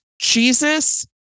Jesus